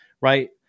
right